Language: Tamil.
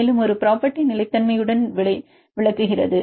மேலும் ஒரு ப்ரோபெர்ட்டி நிலைத்தன்மையையும் விளக்குகிறது